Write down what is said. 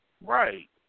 Right